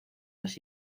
las